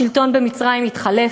השלטון במצרים התחלף,